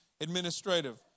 administrative